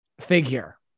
figure